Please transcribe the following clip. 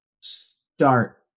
start